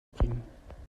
bringen